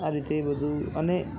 આ રીતે એ બધું અને